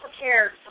prepared